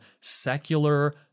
secular